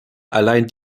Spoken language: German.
allein